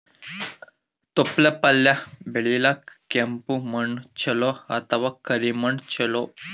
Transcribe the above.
ತೊಪ್ಲಪಲ್ಯ ಬೆಳೆಯಲಿಕ ಕೆಂಪು ಮಣ್ಣು ಚಲೋ ಅಥವ ಕರಿ ಮಣ್ಣು ಚಲೋ?